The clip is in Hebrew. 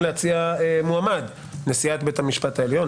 להציע מועמד ואלה נשיאת בית המשפט העליון,